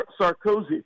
Sarkozy